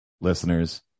listeners